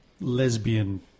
lesbian